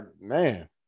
man